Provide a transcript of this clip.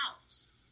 house